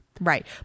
Right